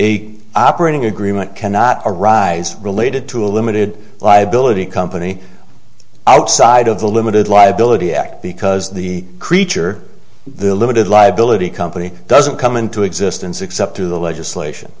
a operating agreement cannot arise related to a limited liability company outside of the limited liability act because the creature the limited liability company doesn't come into existence except through the legislation